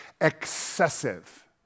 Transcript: excessive